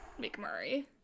McMurray